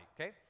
okay